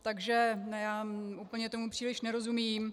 Takže úplně tomu příliš nerozumím.